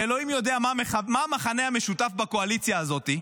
שה' יודע מה המכנה המשותף בקואליציה הזאת,